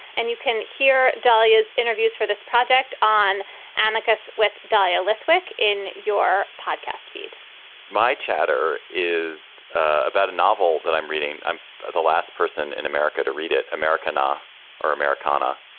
and you can hear dalia's interviews for this project on anarchist's with dial lithwick in your podcast, feed my chatter is about a novel that i'm reading. i'm the last person in america to read it. americana or americana?